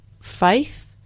faith